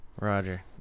roger